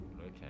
okay